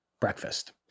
breakfast